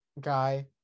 guy